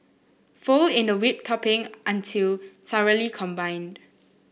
fold in the whipped topping until thoroughly combined